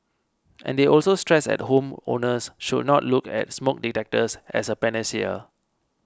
and they also stressed that home owners should not look at smoke detectors as a panacea